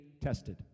tested